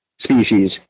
species